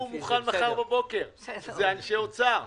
הוא מוכן מחר בבוקר, זה אנשי אוצר.